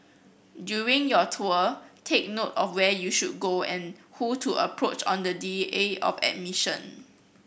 during your tour take note of where you should go and who to approach on the D A of admission